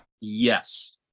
Yes